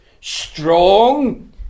strong